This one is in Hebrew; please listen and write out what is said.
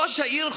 ראש העיר חולדאי,